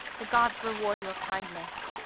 the gods reward your kindness!